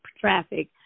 traffic